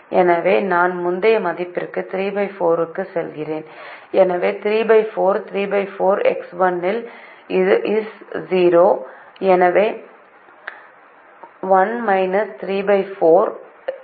எனவே நான் முந்தைய மதிப்புக்கு 34 க்கு செல்கிறேன் எனவே 34 34 x1is 0 எனவே 1 34 x0 1 ஆக மாறும்